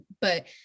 but-